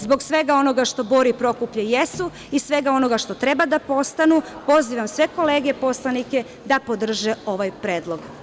Zbog svega onoga što Bor i Prokuplje jesu i svega onoga što treba da postanu, pozivam sve kolege poslanike da podrže ovaj predlog.